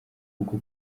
uko